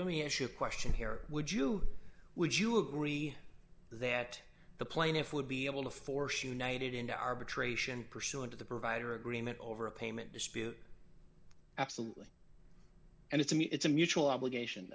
let me issue a question here would you would you agree that the plaintiff would be able to force united into arbitration pursuant to the provider agreement over a payment dispute absolutely and it's a me it's a mutual obligation